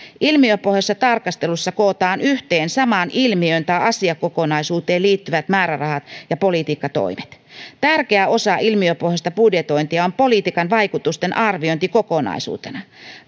ilmiöpohjaisessa tarkastelussa kootaan yhteen samaan ilmiöön tai asiakokonaisuuteen liittyvät määrärahat ja politiikkatoimet tärkeä osa ilmiöpohjaista budjetointia on politiikan vaikutusten arviointi kokonaisuutena